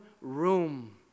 room